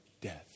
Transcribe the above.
death